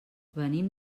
venim